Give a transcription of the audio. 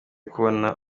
kubona